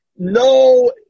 No